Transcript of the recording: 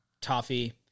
toffee